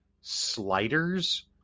Sliders